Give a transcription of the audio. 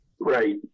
Right